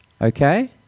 okay